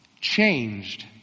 changed